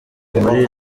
muri